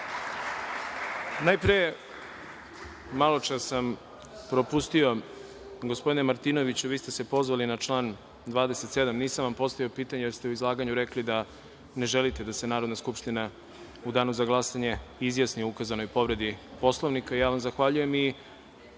Najpre, maločas sam propustio gospodine Martinoviću, vi ste se pozvali na član 27. nisam vam postavio pitanje, jer ste u izlaganju rekli da ne želite da se Narodna skupština u danu za glasanje izjasni o ukazanoj povredi Poslovnika. Ja vam zahvaljujem i